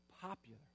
popular